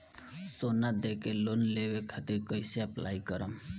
सोना देके लोन लेवे खातिर कैसे अप्लाई करम?